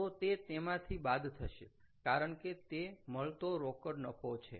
તો તે તેમાંથી બાદ થશે કારણ કે તે મળતો રોકડ નફો છે